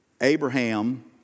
Abraham